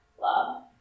love